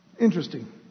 interesting